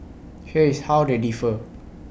here is how they differ